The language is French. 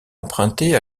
empruntée